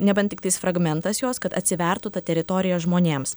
nebent tiktais fragmentas jos kad atsivertų ta teritorija žmonėms